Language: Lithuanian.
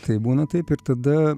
taip būna taip ir tada